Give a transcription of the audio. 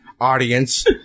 audience